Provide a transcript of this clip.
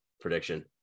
prediction